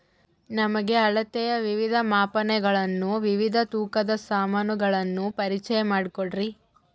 ನಮಗೆ ಅಳತೆಯ ವಿವಿಧ ಮಾಪನಗಳನ್ನು ವಿವಿಧ ತೂಕದ ಸಾಮಾನುಗಳನ್ನು ಪರಿಚಯ ಮಾಡಿಕೊಡ್ರಿ?